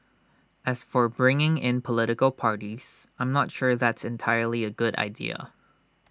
as for bringing in political parties I'm not sure that's entirely A good idea